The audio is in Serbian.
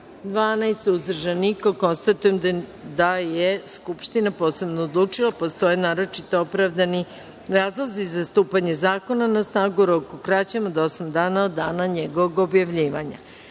12, uzdržanih - nema. Konstatujem da je Skupština posebno odlučila da postoje naročito opravdani razlozi za stupanje zakona na snagu u roku krećem od osam dana od dana njegovog objavljivanja. Pošto